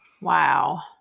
Wow